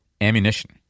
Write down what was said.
ammunition